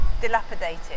dilapidated